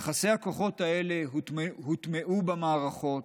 יחסי הכוחות האלה הוטמעו במערכות,